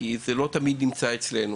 כי זה לא תמיד נמצא אצלנו.